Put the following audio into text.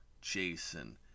Jason